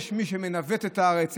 יש מי שמנווט את הארץ,